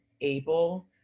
able